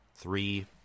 three